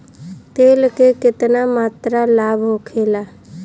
तेल के केतना मात्रा लाभ होखेला?